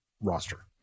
roster